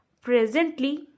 Presently